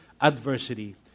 adversity